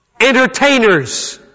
entertainers